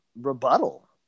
rebuttal